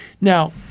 Now